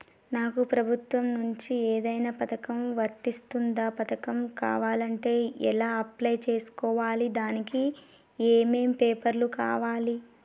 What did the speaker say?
నాకు ప్రభుత్వం నుంచి ఏదైనా పథకం వర్తిస్తుందా? పథకం కావాలంటే ఎలా అప్లై చేసుకోవాలి? దానికి ఏమేం పేపర్లు కావాలి?